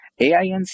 AINC